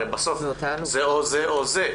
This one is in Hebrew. הרי בסוף זה או זה או זה.